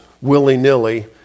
willy-nilly